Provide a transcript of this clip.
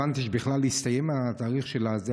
הבנתי שבכלל הסתיים התאריך של זה,